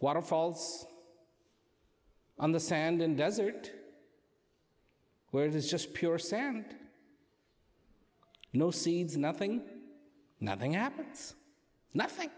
water falls on the sand and desert where it is just pure sam no scenes nothing nothing happens nothing